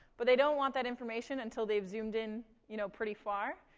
but they don't want that information until they've zoomed in, you know, pretty far,